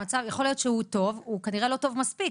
יכול להיות שהמצב טוב - הוא כנראה לא טוב מספיק,